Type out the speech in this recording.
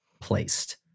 placed